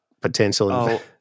potential